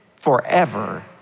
forever